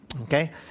okay